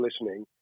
listening